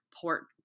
port